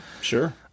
Sure